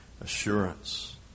assurance